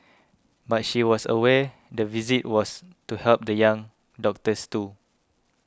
but she was aware the visit was to help the young doctors too